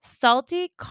Salty